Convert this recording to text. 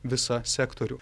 visą sektorių